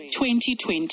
2020